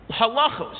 Halachos